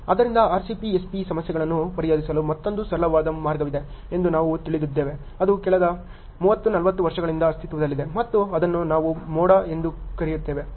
ಆದ್ದರಿಂದ RCPSP ಸಮಸ್ಯೆಗಳನ್ನು ಪರಿಹರಿಸಲು ಮತ್ತೊಂದು ಸರಳವಾದ ಮಾರ್ಗವಿದೆ ಎಂದು ನಾವು ತಿಳಿದಿದ್ದೇವೆ ಅದು ಕಳೆದ 30 40 ವರ್ಷಗಳಿಂದ ಅಸ್ತಿತ್ವದಲ್ಲಿದೆ ಮತ್ತು ಅದನ್ನು ನಾವು ಮೋಡ್ ಎಂದು ಕರೆಯುತ್ತೇವೆ